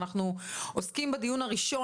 אנחנו עוסקים בדיון הראשון,